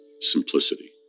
simplicity